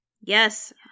Yes